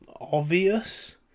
obvious